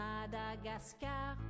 Madagascar